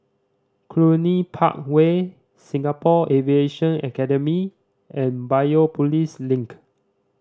Cluny Park Way Singapore Aviation Academy and Biopolis Link